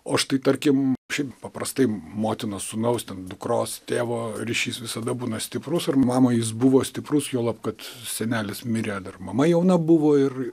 o štai tarkim šiaip paprastai motinos sūnaus dukros tėvo ryšys visada būna stiprus ir mamai jis buvo stiprus juolab kad senelis mirė dar mama jauna buvo ir